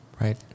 right